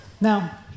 Now